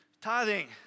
tithing